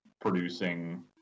producing